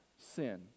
sin